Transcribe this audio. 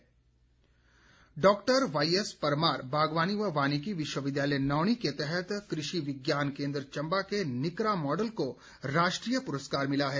पुरस्कार doctor YS Parmar बागवानी व वानिकी विश्वविद्यालय नौणी के तहत कृषि विज्ञान केंद्र चंबा के निकरा मॉडल को राष्ट्रीय पुरस्कार मिला है